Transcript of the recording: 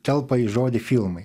telpa į žodį filmai